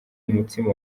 umutsima